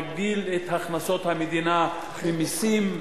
זה מגדיל את הכנסות המדינה ממסים,